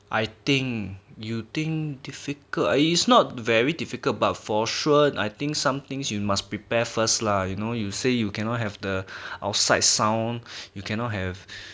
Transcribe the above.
I think you think difficult it's not very difficult but for sure I think somethings you must prepare first lah you know you say you cannot have the outsides sound you cannot have